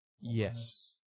Yes